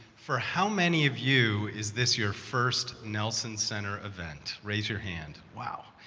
for how many of you is this your first nelson center event? raise your hand. wow.